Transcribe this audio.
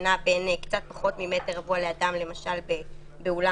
זה נע בין קצת פחות ממטר רבוע לאדם למשל באולם